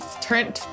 Turn